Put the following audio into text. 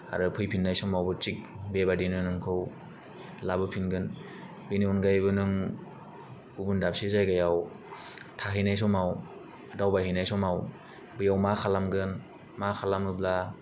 आरो फैफिननाय समावबो थिग बेबायदिनो नोंखौ लाबोफिनगोन बेनि अनगायैबो नों गुबुन दाबसे जायगायाव थाहैनाय समाव दावबायहैनाय समाव बैयाव मा खालामहैगोन मा खालामोब्ला